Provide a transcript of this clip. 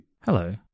hello